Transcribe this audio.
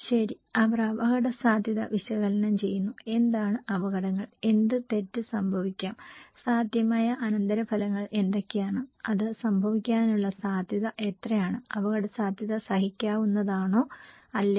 ശരി അവർ അപകടസാധ്യത വിശകലനം ചെയ്യുന്നു എന്താണ് അപകടങ്ങൾ എന്ത് തെറ്റ് സംഭവിക്കാം സാധ്യമായ അനന്തരഫലങ്ങൾ എന്തൊക്കെയാണ് അത് സംഭവിക്കാനുള്ള സാധ്യത എത്രയാണ് അപകടസാധ്യത സഹിക്കാവുന്നതാണോ അല്ലയോ